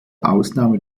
ausnahme